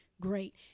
great